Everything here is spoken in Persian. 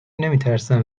نمیترسم